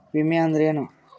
ವಿಮೆ ಅಂದ್ರೆ ಏನ?